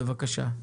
בבקשה.